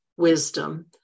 wisdom